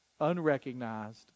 Unrecognized